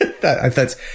That's-